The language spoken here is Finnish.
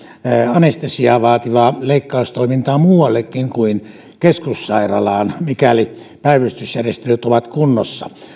anestesiaa vaativaa leikkaustoimintaa muuallekin kuin keskussairaalaan mikäli päivystysjärjestelyt ovat kunnossa